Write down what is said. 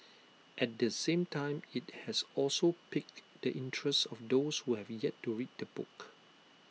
at the same time IT has also piqued the interest of those who have yet to read the book